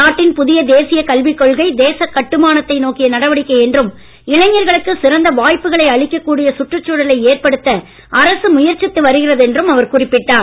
நாட்டின் புதிய தேசிய கல்விக் கொள்கை தேசக் கட்டுமானத்தை நோக்கிய நடவடிக்கை என்றும் இளைஞர்களுக்கு சிறந்த வாய்ப்புகளை அளிக்க கூடிய சுற்றுச்சூழலை ஏற்படுத்த அரசு முயற்சித்து வருகிறது என்றும் குறிப்பிட்டார்